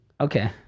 Okay